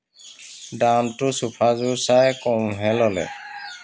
দামটো চোফাযোৰ চাই কমহে ল'লে